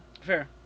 Fair